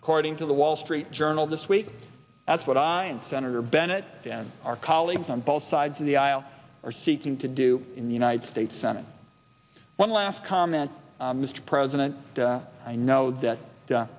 according to the wall street journal this week that's what i and senator bennett than our colleagues on both sides of the aisle seeking to do in the united states senate one last comment mr president i know that